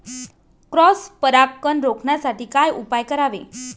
Cross परागकण रोखण्यासाठी काय उपाय करावे?